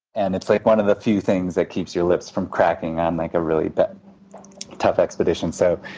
and it's like one of the few things that keeps your lips from cracking on like a really but tough expedition. so